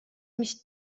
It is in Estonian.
mis